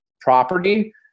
property